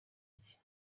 iki